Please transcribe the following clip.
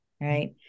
right